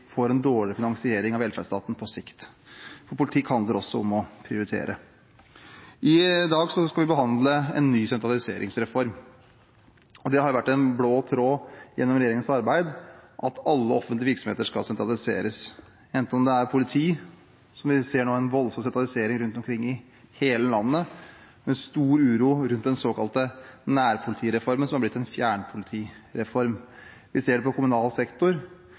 behandle en ny sentraliseringsreform. Det har vært en blå tråd i regjeringens arbeid at alle offentlige virksomheter skal sentraliseres. I politiet ser vi nå en voldsom sentralisering i hele landet, med stor uro rundt den såkalte nærpolitireformen, som har blitt en fjernpolitireform. Vi ser det i kommunal sektor,